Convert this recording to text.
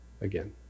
again